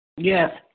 Yes